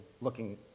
looking